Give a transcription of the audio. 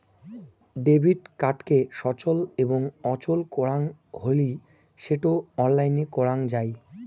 debit কার্ডকে সচল এবং অচল করাং হলি সেটো অনলাইনে করাং যাই